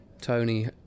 Tony